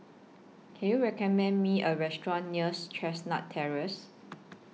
Can YOU recommend Me A Restaurant nears Chestnut Terrace